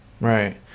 Right